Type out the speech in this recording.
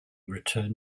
returned